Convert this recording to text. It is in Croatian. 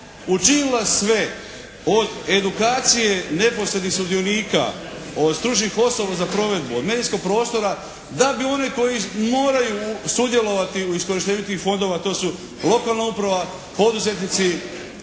učinila sve od edukacije neposrednih sudionika, od stručnih osoba za provedbu, od medijskog prostora da bi one koji moraju sudjelovati u iskorištenju tih fondova to su lokalna uprava, poduzetnici,